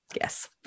Yes